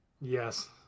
Yes